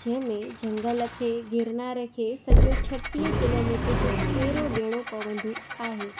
जंहिंमें झंगल खे गिरनार खे सॼो छटीह किलोमिटर जो फेरो ॾियणो पवंदो आहे